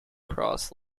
cross